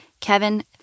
Kevin